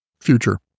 future